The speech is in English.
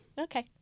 Okay